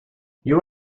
you